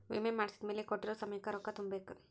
ವಿಮೆ ಮಾಡ್ಸಿದ್ಮೆಲೆ ಕೋಟ್ಟಿರೊ ಸಮಯಕ್ ರೊಕ್ಕ ತುಂಬ ಬೇಕ್